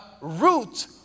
root